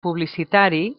publicitari